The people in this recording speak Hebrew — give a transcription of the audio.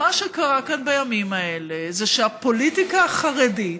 מה שקרה כאן בימים האלה זה שהפוליטיקה החרדית,